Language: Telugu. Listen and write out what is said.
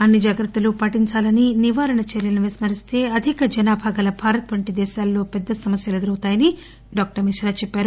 అన్ని జాగ్రత్తలను ప్రజలు పాటించాలని నివారణ చర్యలను విస్మరిస్తే అధిక జనాభా గల భారత్ వంటి దేశాల్లో పెద్ద సమస్యలు ఎదురవుతాయని ఆయన అన్నారు